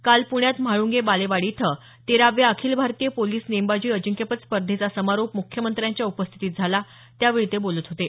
काल प्ण्यात म्हाळूंगे बालेवाडी इथं तेराव्या अखिल भारतीय पोलीस नेमबाजी अजिंक्यपद स्पर्धेचा समारोप मुख्यमंत्र्यांच्या उपस्थितीत झाला त्यावेळी ते बोलत होते